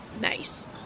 Nice